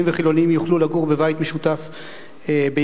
וחילונים יוכלו לגור בבית משותף ביחד.